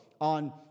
on